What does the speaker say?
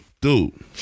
Dude